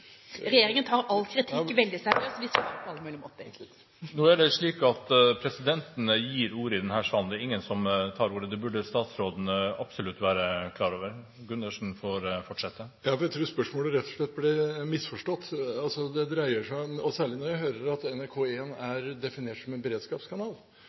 Regjeringen tar all kritikk veldig seriøst . Vi svarer på alle mulige måter. Nå er det slik at presidentene gir ordet i denne sal. Ingen tar ordet. Det burde statsråden absolutt være klar over. Gundersen får fortsette. Jeg tror spørsmålet rett og slett ble misforstått – særlig når jeg hører at NRK P1 er definert som en